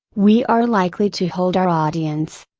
we are likely to hold our audience.